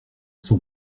son